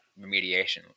remediation